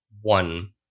one